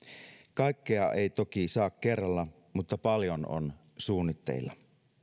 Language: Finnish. kaikkea ei toki saa kerralla mutta paljon on suunnitteilla